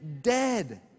dead